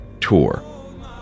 tour